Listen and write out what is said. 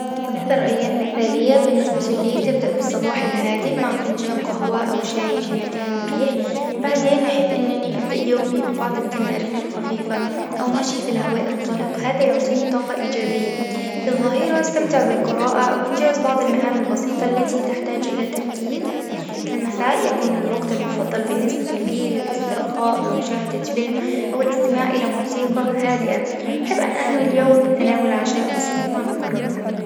أكثر أيام مثالية بالنسبة لي تبدأ بالصباح الهادئ مع فنجان قهوة أو شاي في مكان مريح، بعدين أحب إنني أبدأ يومي ببعض التمارين الخفيفة أو مشي في الهواء الطلق، هذا يعطيني طاقة إيجابية، في الظهيرة استمتع بالقراءة أو إنجاز بعض المهام البسيطة التي تحتاج إلى تركيز، في المساء يكون الوقت المفضل بالنسبة لي للاسترخاء بمشاهدة فيلم أو الاستماع إلى موسيقى هادئة، أحب أن أنهى اليوم بتناول عشاء بسيط مع المقربين.